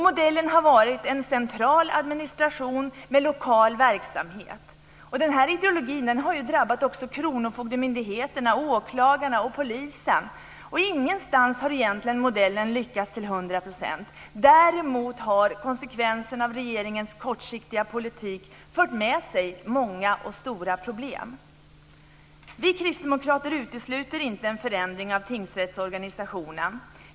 Modellen har varit en central administration med lokal verksamhet. Den ideologin har drabbat också kronofogdemyndigheterna, åklagarna och polisen. Ingenstans har egentligen modellen lyckats till hundra procent. Däremot har konsekvenserna av regeringens kortsiktiga politik fört med sig många och stora problem. Vi kristdemokrater utesluter inte en förändring av tingsrättsorganisationen.